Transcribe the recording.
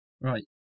Right